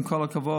עם כל הכבוד,